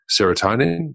serotonin